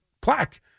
plaque